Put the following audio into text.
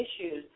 issues